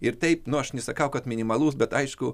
ir taip nu aš nesakau kad minimalus bet aišku